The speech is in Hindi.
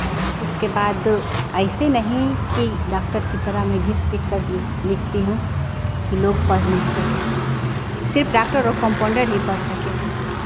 उसके बाद ऐसे नहीं कि डॉक्टर की तरह मैं घिस पिट कर लिखती हूँ कि लोग पढ़ नहीं सकें सिर्फ डॉक्टर और कंपाउन्डर ही पढ़ सके